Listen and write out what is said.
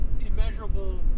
immeasurable